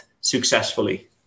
successfully